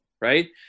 right